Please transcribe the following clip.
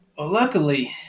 luckily